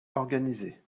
organisées